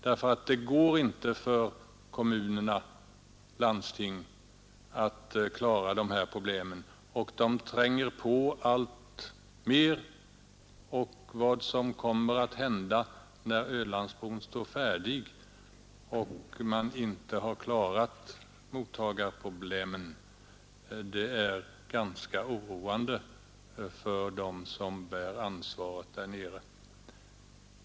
Kommunerna och landstingen kan inte klara dessa problem, som alltmer tränger på. Vad som kommer att hända när Ölandsbron står färdig om man då inte har klarat mottagarproblemet är ganska oroande för dem som bär ansvaret där nere.